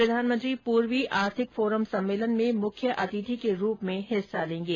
प्रधानमंत्री पूर्वी आर्थिक फोरम सम्मेलन में मुख्य अतिथि के रूप में हिस्सा लेंगे